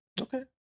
Okay